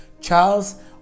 Charles